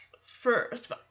first